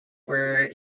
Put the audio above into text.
where